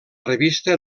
revista